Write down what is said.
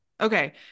Okay